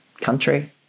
country